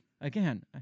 Again